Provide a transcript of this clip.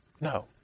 No